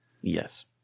Yes